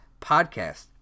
podcast